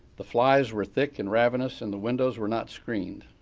the flies were thick and ravenous and the windows were not screened.